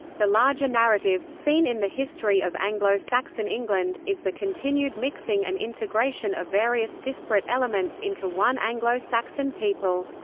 the larger narrative, seen in the history of anglo-saxon england, is the continued mixing and integration of various disparate elements into one anglo-saxon people.